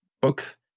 books